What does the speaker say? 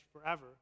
forever